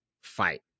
fight